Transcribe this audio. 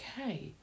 okay